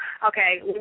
Okay